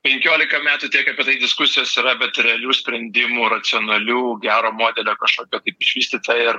penkiolika metų tiek apie tai diskusijos yra bet realių sprendimų racionalių gero modelio kažkokio taip išvystyta ir